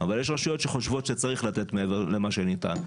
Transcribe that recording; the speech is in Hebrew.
אבל יש רשויות שחושבות שצריך לתת מעבר למה שניתן,